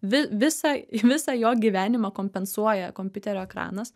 vi visą visą jo gyvenimą kompensuoja kompiuterio ekranas